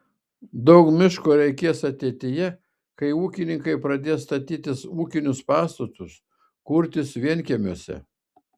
daug miško reikės ateityje kai ūkininkai pradės statytis ūkinius pastatus kurtis vienkiemiuose